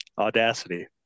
audacity